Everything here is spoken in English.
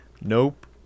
nope